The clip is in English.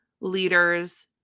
leader's